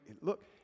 look